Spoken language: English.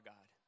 God